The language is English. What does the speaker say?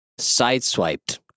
Sideswiped